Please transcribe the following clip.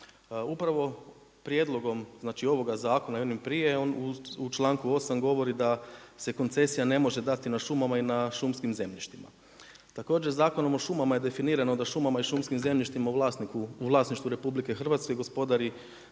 Upravo prijedlogom znači ovoga zakona i onog prije, on u članku 8. govori da se koncesija ne može dati na šumama i na šumskim zemljištima. Također Zakonom o šumama je definirano da šumama i šumskim zemljištima u vlasništvu RH gospodari